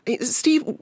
Steve